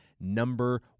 number